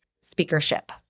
speakership